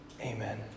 Amen